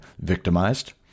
victimized